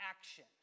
action